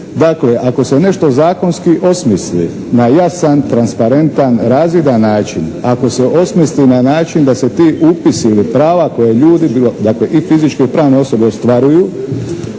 Dakle, ako se nešto zakonski osmisli na jasan, transparentan, razvidan način, ako se osmisli na način da se ti upisi ili prava koja ljudi i pravne i fizičke osobe ostvaruju